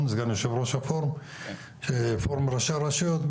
סגן יושב ראש הפורום ראשי הרשויות הדרוזיות,